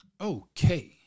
Okay